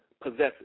possesses